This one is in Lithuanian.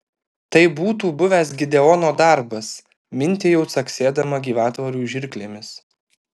tai būtų buvęs gideono darbas mintijau caksėdama gyvatvorių žirklėmis